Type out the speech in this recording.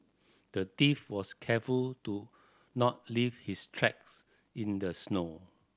the thief was careful to not leave his tracks in the snow